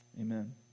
Amen